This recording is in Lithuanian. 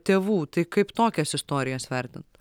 tėvų tai kaip tokias istorijas vertint